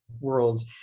worlds